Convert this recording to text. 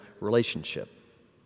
relationship